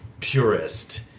purist